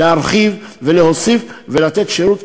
להרחיב ולהוסיף ולתת שירות,